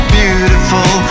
beautiful